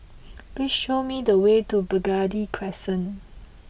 please show me the way to Burgundy Crescent